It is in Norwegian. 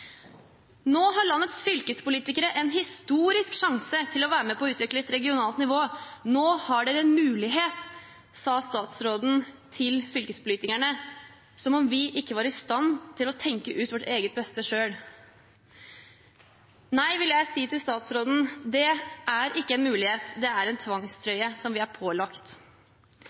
Nå har landets fylkespolitikere en historisk sjanse til å være med på å utvikle det regionale nivået, nå har de en mulighet, sa statsråden til fylkespolitikerne – som om vi ikke var i stand til å tenke ut vårt eget beste selv. Nei, vil jeg si til statsråden, det er ikke en mulighet, det er en tvangstrøye som vi er pålagt.